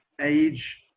age